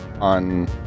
on